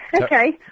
Okay